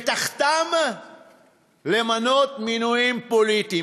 ותחתם למנות מינויים פוליטיים.